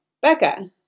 Becca